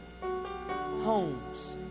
homes